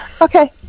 Okay